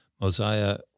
Mosiah